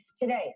Today